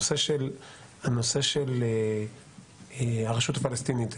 הנושא של הרשות הפלסטינית,